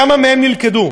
כמה מהם נלכדו?